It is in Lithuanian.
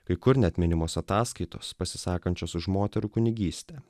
kai kur net minimos ataskaitos pasisakančios už moterų kunigystę